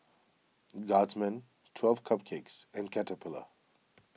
Guardsman twelve Cupcakes and Caterpillar